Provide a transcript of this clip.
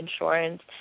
insurance